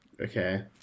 Okay